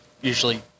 usually